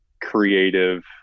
creative –